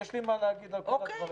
רגע, יש לי מה להגיד על כל הדברים.